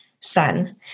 Son